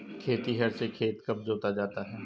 खेतिहर से खेत कब जोता जाता है?